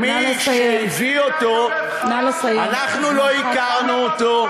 את יוגב, אנחנו לא הכרנו אותו.